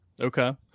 Okay